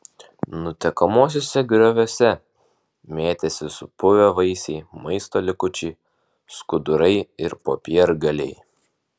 nutekamuosiuose grioviuose mėtėsi supuvę vaisiai maisto likučiai skudurai ir popiergaliai